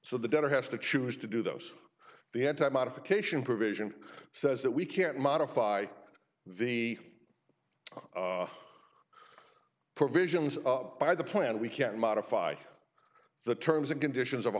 so the debtor has to choose to do those the anti modification provision says that we can't modify the provisions by the plan we can modify the terms and conditions of a